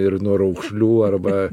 ir nuo raukšlių arba